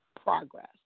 progress